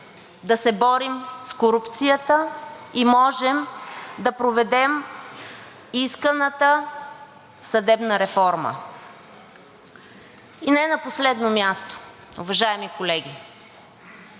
да се борим с корупцията и можем да проведем исканата съдебна реформа. И не на последно място, уважаеми колеги.